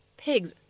pigs